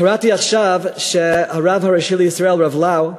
קראתי עכשיו שהרב הראשי לישראל, הרב לאו,